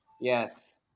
yes